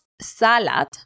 salad